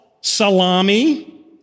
salami